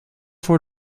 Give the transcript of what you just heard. voor